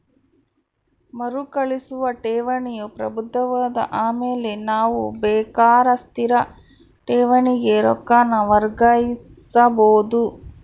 ಮರುಕಳಿಸುವ ಠೇವಣಿಯು ಪ್ರಬುದ್ಧವಾದ ಆಮೇಲೆ ನಾವು ಬೇಕಾರ ಸ್ಥಿರ ಠೇವಣಿಗೆ ರೊಕ್ಕಾನ ವರ್ಗಾಯಿಸಬೋದು